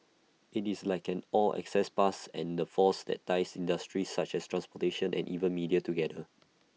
IT is like an 'all access pass' and the force that ties industries such as transportation and even media together